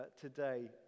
today